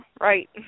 right